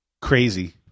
crazy